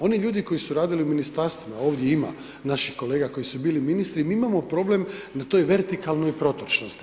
Oni ljudi koji su radili u Ministarstvima, ovdje ima naših kolega koji su bili ministri, mi imamo problem na toj vertikalnoj protočnosti.